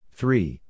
Three